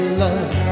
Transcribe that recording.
love